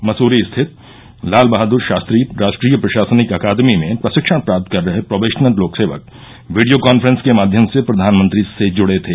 मसूरी स्थित लाल बहादुर शास्त्री राष्ट्रीय प्रशासनिक अकादमी में प्रशिक्षण प्राप्त कर रहे प्रोबेशनर लोक सेवक वीडियो कॉन्फ्रेंस के माध्यम से प्रधानमंत्री से जुड़े थे